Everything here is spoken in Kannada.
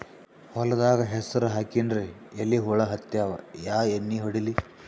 ಹೊಲದಾಗ ಹೆಸರ ಹಾಕಿನ್ರಿ, ಎಲಿ ಹುಳ ಹತ್ಯಾವ, ಯಾ ಎಣ್ಣೀ ಹೊಡಿಲಿ?